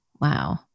Wow